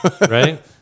Right